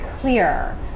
clear